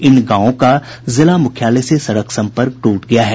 इन गांवों का जिला मुख्यालय से सड़क सम्पर्क टूट गया है